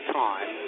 time